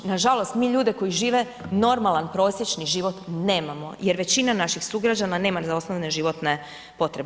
Nažalost mi ljude koji žive normalan prosječni život nemamo, jer većina naših sugrađana nema ni za osnovne životne potrebe.